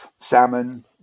salmon